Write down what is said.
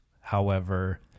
however-